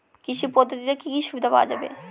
কৃষি পদ্ধতিতে কি কি সুবিধা পাওয়া যাবে?